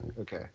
Okay